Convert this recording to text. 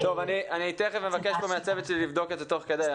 אני תכף אבקש פה מהצוות שלי לבדוק את זה תוך כדי.